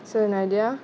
so nadia